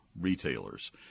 retailers